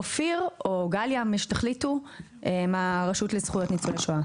אופיר מהרשות לזכויות ניצולי שואה.